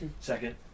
Second